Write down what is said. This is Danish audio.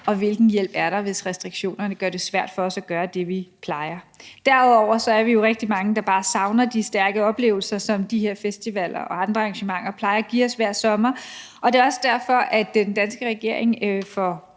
Og hvilken hjælp er der, hvis restriktionerne gør det svært for os at gøre det, vi plejer? Derudover er vi jo rigtig mange, der bare savner de stærke oplevelser, som de her festivaler og andre arrangementer plejer at give os hver sommer, og det er også derfor, at den danske regering som